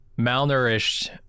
malnourished